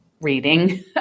reading